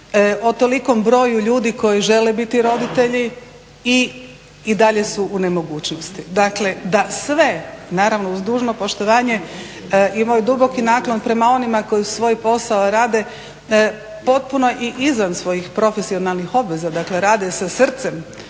O tolikom broju ljudi koji žele biti roditelji i i dalje su u nemogućnosti. Dakle, da sve, naravno uz dužno poštovanje i moj duboki naklon prema onima koji svoj posao rade, potpuno i izvan svojih profesionalnih obveza, dakle rade sa srcem,